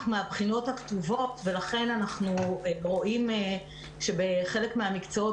מהבחינות הכתובות ולכן אנחנו רואים שבחלק מהמקצועות